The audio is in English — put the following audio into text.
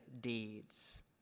deeds